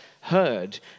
heard